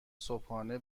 صبحانه